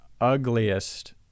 ugliest